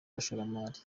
abashoramari